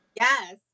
Yes